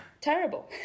terrible